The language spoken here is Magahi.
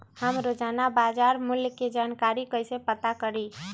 हम रोजाना बाजार मूल्य के जानकारी कईसे पता करी?